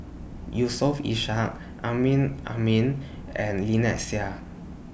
Yusof Ishak Amrin Amin and Lynnette Seah